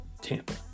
Tampa